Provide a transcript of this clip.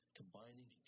combining